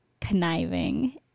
conniving